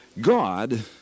God